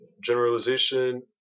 generalization